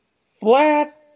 Flat